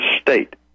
state